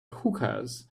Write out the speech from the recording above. hookahs